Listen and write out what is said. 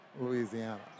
Louisiana